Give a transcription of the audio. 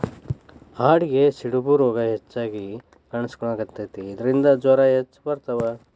ಆಡಿಗೆ ಸಿಡುಬು ರೋಗಾ ಹೆಚಗಿ ಕಾಣಿಸಕೊತತಿ ಇದರಿಂದ ಜ್ವರಾ ಹೆಚ್ಚ ಬರತಾವ